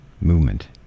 movement